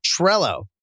Trello